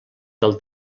del